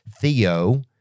Theo